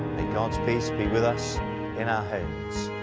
may god's peace be with us in our homes.